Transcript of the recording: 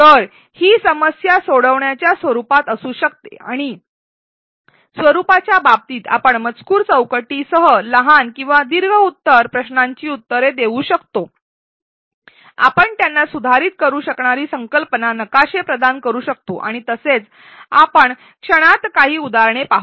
तर ही समस्या सोडवण्याच्या स्वरूपात असू शकते आणि स्वरुपाच्या बाबतीत आपण मजकूर चौकटी सह लहान किंवा दीर्घ उत्तर प्रश्नांची उत्तरे देऊ शकतो आपण त्यांना सुधारित करू शकणारी संकल्पना नकाशे प्रदान करू शकतो आणि असेच या क्षणी आपण काही उदाहरणे पाहू